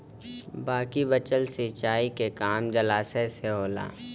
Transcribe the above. बाकी बचल सिंचाई के काम जलाशय से होला